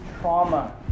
trauma